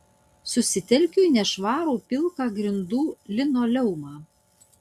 susitelkiu į nešvarų pilką grindų linoleumą